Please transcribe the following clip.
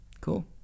cool